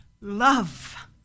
Love